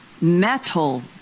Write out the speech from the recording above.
metal